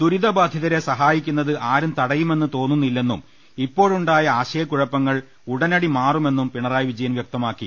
ദുരിത ബാധിതരെ സഹായിക്കുന്നത് ആരും തടയുമെന്ന് തോന്നു്നില്ലെന്നും ഇപ്പോഴുണ്ടായ ആശയക്കുഴപ്പങ്ങൾ ഉടനടി മാറുമെന്നും പിണറായി് വിജ യൻ ്വ്യക്തമാക്കി